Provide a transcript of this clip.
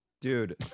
Dude